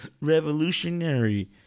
revolutionary